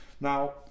Now